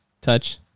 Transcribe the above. touch